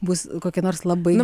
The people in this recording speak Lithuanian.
bus kokia nors labai